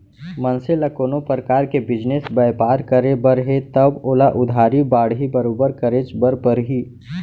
मनसे ल कोनो परकार के बिजनेस बयपार करे बर हे तव ओला उधारी बाड़ही बरोबर करेच बर परही